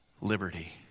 liberty